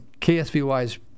KSVY's